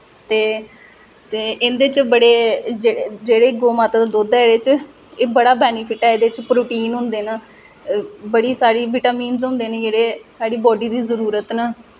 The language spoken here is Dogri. ते ते इं'दे च बड़े जेह्ड़े गौऽ माता दा दुद्ध ऐ एह्दे च एह् बड़ा बेनिफिट ऐ एह्दे च प्रोटीन होंदे न बड़े सारे विटामिन्स होंदे न जेह्ड़े साढ़ी बॉडी दी जरूरत न